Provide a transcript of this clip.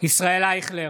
ישראל אייכלר,